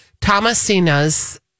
thomasina's